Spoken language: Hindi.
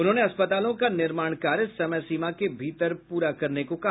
उन्होंने अस्पतालों का निर्माण कार्य समय सीमा के भीतर पूरा करने को कहा